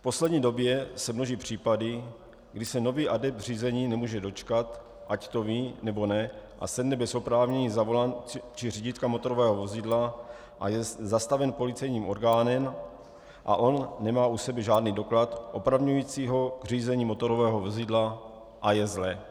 V poslední době se množí případy, kdy se nový adept řízení nemůže dočkat, ať to ví, nebo ne, a sedne bez oprávnění za volant či řídítka motorového vozidla a je zastaven policejním orgánem, a on nemá u sebe žádný doklad opravňující ho k řízení motorového vozidla a je zle.